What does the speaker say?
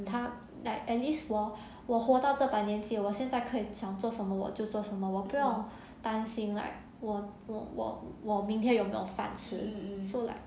他 like at least 我我活到这把年纪我现在可以想做什么我就做什么我不用担心 like 我我我我明天有没有犯事 so like